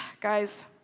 Guys